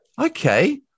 Okay